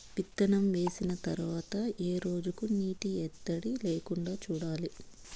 విత్తనం వేసిన తర్వాత ఏ రోజులకు నీటి ఎద్దడి లేకుండా చూడాలి?